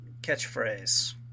catchphrase